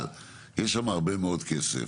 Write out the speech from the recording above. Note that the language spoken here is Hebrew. יש שם הרבה מאוד כסף